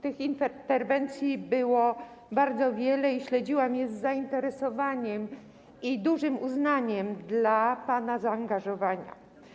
Tych interwencji było bardzo wiele, śledziłam je z zainteresowaniem i dużym uznaniem dla pana zaangażowania.